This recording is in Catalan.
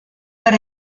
per